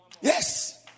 Yes